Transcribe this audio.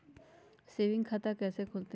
Saving खाता कैसे खुलतई?